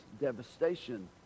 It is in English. devastation